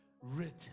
written